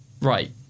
right